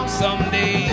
someday